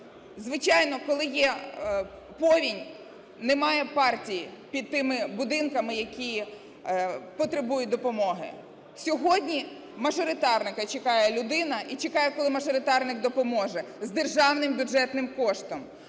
Звичайно, коли є повінь, немає партій під тими будинками, які потребують допомоги. Сьогодні мажоритарника чекає людина, і чекає, коли мажоритарник допоможе з державним бюджетним коштом.